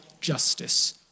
justice